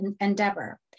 endeavor